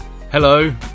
Hello